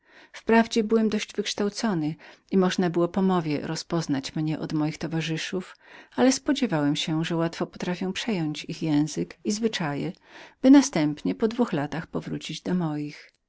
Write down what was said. wprawdzie byłem dość wykształcony i można było po mowie rozpoznać mnie od moich towarzyszów ale spodziewałem się że łatwo potrafię przejąć ich zwyczaje i następnie po dwóch latach powrócić do moich